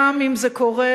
גם אם זה קורה